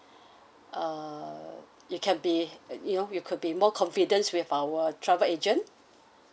uh you can be you know you could be more confidence with our travel agent